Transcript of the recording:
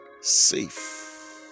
safe